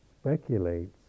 speculates